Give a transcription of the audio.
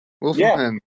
Wolfman